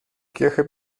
kirche